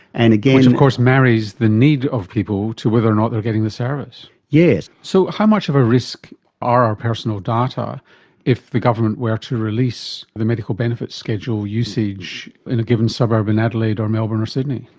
and of course marries the need of people to whether or not they are getting the service. yes. so how much of a risk are our personal data if the government were to release the medical benefits schedule usage in a given suburb in adelaide or melbourne or sydney?